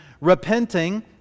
repenting